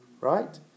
right